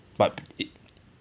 but it